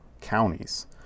counties